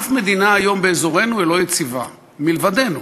אף מדינה היום באזורנו אינה יציבה, מלבדנו,